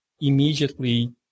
immediately